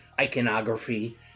iconography